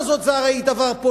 זה לא מה שהוא אמר.